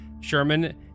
Sherman